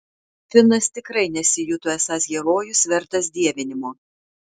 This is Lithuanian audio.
finas tikrai nesijuto esąs herojus vertas dievinimo